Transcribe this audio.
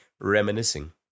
reminiscing